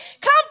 Come